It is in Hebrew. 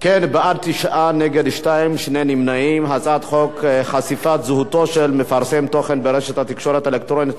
להעביר את הצעת חוק חשיפת זהותו של מפרסם תוכן ברשת תקשורת אלקטרונית,